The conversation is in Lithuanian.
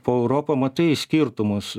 po europą matai skirtumus